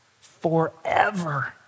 forever